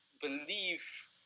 believe